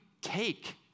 take